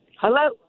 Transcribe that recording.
Hello